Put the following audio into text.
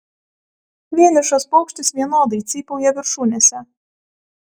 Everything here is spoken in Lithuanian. vienišas paukštis vienodai cypauja viršūnėse